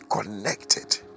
connected